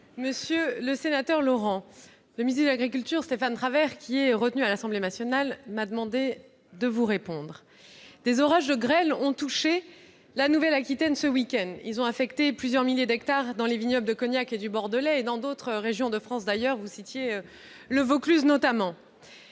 Monsieur le sénateur Daniel Laurent, le ministre de l'agriculture, Stéphane Travert, qui est retenu à l'Assemblée nationale, m'a demandé de vous répondre. Des orages de grêle ont touché la Nouvelle-Aquitaine ce week-end, affectant plusieurs milliers d'hectares dans les vignobles de Cognac et du Bordelais, ainsi que dans d'autres régions de France, le Vaucluse notamment,